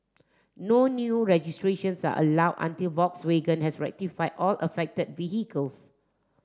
no new registrations allow until Volkswagen has rectify all affected vehicles